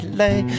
lay